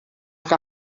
que